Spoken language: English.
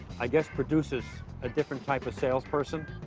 i guess, produces a different type of salesperson.